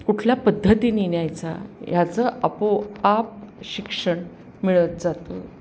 कुठल्या पद्धतीने न्यायचा ह्याचं आपोआप शिक्षण मिळत जातं